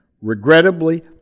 Regrettably